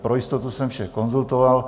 Pro jistotu jsem vše konzultoval.